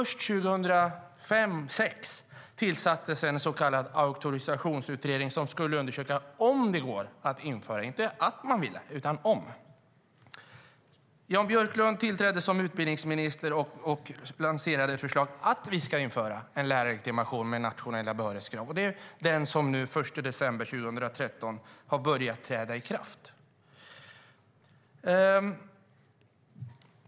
Först någon gång 2005, 2006 tillsattes en så kallad auktorisationsutredning som skulle undersöka om det går att genomföra, inte att utan om . Jan Björklund tillträdde som skolminister och lanserade förslaget att vi ska införa en lärarlegitimation med nationella behörighetskrav. Det är det som den 1 december 2013 trädde i kraft.